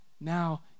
now